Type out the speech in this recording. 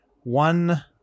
one